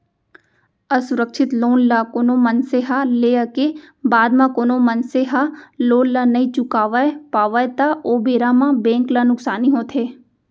असुरक्छित लोन ल कोनो मनसे ह लेय के बाद म कोनो मनसे ह लोन ल नइ चुकावय पावय त ओ बेरा म बेंक ल नुकसानी होथे